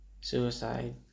suicide